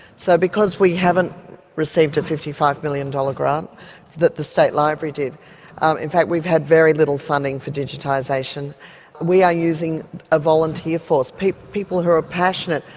so because we haven't received a fifty five billion dollars grant that the state library did in fact we've had very little funding for digitisation we are using a volunteer force, people people who are passionate.